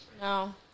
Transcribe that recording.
No